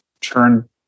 turn